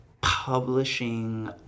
publishing